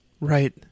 Right